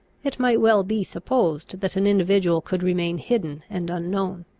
it might well be supposed that an individual could remain hidden and unknown.